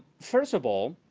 first of all,